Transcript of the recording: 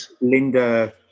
Linda